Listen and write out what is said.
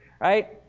right